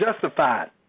justified